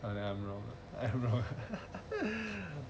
oh oh you know